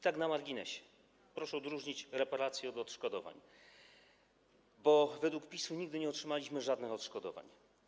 Tak na marginesie, proszę odróżnić reparacje od odszkodowań, bo według PiS-u nigdy nie otrzymaliśmy żadnych odszkodowań.